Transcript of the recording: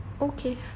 okay